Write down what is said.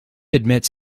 admits